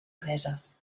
preses